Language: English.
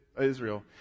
Israel